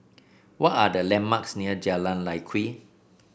what are the landmarks near Jalan Lye Kwee